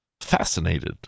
fascinated